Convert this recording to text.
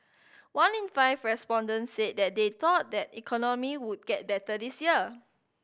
one in five respondents said that they thought the economy would get better this year